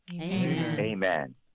Amen